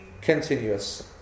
continuous